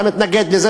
ואתה מתנגד לזה,